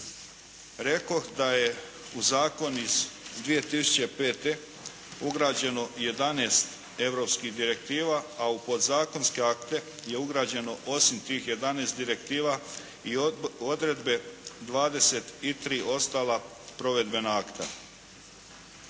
Rekoh da je u zakon iz 2005. ugrađeno 11 europskih direktiva, a u podzakonske akte je ugrađeno osim tih 11 direktiva i odredbe 23 ostala provedbena akta.